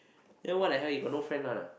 then what the hell you got no friend [one] ah